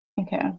Okay